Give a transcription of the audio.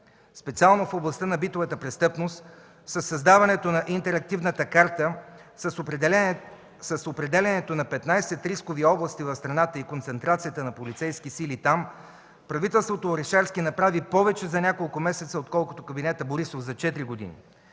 Специално в областта на битовата престъпност – със създаването на интерактивната карта, с определянето на 15 рискови области в страната и концентрацията на полицейски сили там, правителството Орешарски направи повече за няколко месеца, отколкото кабинетът Борисов за четири години.